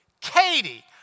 Katie